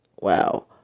Wow